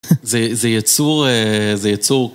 זה יצור, זה יצור.